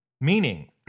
Meaning